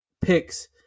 picks